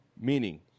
Meaning